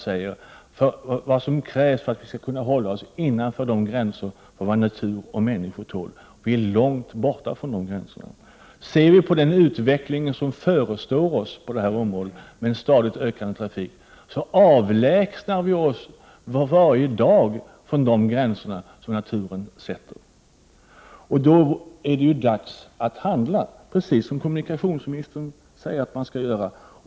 Där talas det om vad som krävs för att vi skall kunna hålla oss inom gränserna för vad natur och människor tål. Men vi är nu långt utanför de gränserna. Med tanke på den utveckling som förestår på detta område — med en stadigt ökande trafik — kan man säga att vi för varje dag avlägsnar oss alltmer från de gränser som naturen sätter. Därför är det dags att handla — precis som kommunikationsministern säger att man skall göra.